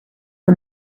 her